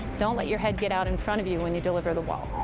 don't let your head get out in front of you when you deliver the ball.